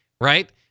Right